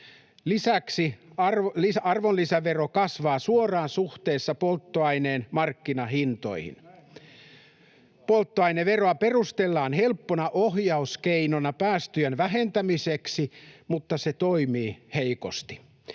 Lisäksi arvonlisävero kasvaa suoraan suhteessa polttoaineen markkinahintoihin. [Toimi Kankaanniemi: Näin menee!] Polttoaineveroa perustellaan helppona ohjauskeinona päästöjen vähentämiseksi, mutta se toimii heikosti.